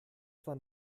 zwar